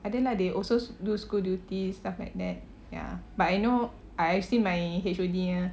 ada lah they also do school duties stuff like that ya but I know ah actually my H_O_D ah